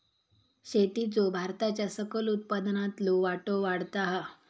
शेतीचो भारताच्या सकल उत्पन्नातलो वाटो वाढता हा